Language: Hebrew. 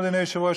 אדוני היושב-ראש,